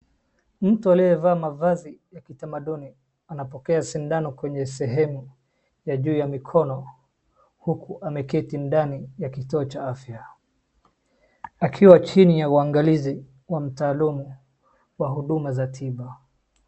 Mtu aliyevaa mavazi ya kitamaduni anapokea sindano kwenye sehemu ya juu ya mikono huku ameketi ndani ya kituo cha afya, akiwa chini ya mwangalizi wa mtaalumu wa huduma za tiba.